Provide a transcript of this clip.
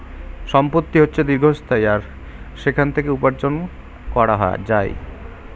সম্পত্তি হচ্ছে দীর্ঘস্থায়ী আর সেখান থেকে উপার্জন করা যায়